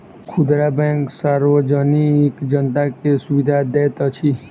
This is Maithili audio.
खुदरा बैंक सार्वजनिक जनता के सुविधा दैत अछि